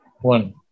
One